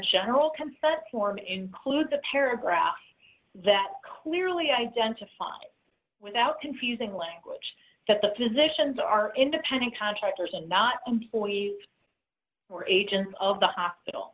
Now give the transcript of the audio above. general consent form includes a paragraph that clearly identified without confusing language that the positions are independent contractors and not employees or agents of the hospital